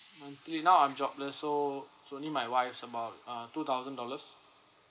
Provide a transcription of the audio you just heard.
monthly now I'm jobless so it's only my wife it's about uh two thousand dollars